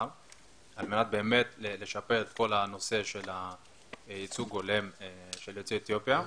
על מנת לשפר את כל הנושא של הייצוג ההולם של יוצאי אתיופיה.